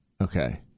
Okay